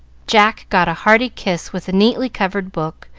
jack got a hearty kiss with the neatly covered book,